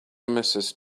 mrs